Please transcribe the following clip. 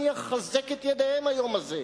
אני אחזק את ידיהם היום הזה,